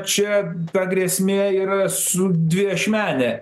čia ta grėsmė yra su dviašmenė